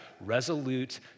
resolute